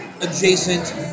adjacent